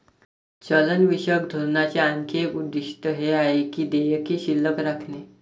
चलनविषयक धोरणाचे आणखी एक उद्दिष्ट हे आहे की देयके शिल्लक राखणे